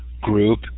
group